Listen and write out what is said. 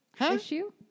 issue